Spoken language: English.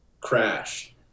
crash